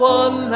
one